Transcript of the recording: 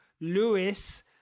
Lewis